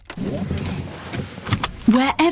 wherever